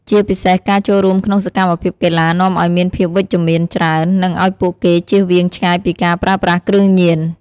ជាពិសេសការចូលរួមក្នុងសកម្មភាពកីឡានាំអោយមានភាពវិជ្ជមានច្រើន និងឲ្យពួកគេជៀសវាងឆ្ងាយពីការប្រើប្រាស់គ្រឿងញៀន។